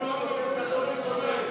30 מנדטים,